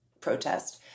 protest